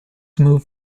move